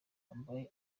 wambaye